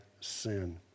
sin